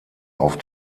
auf